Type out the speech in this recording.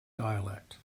dialect